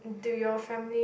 to your family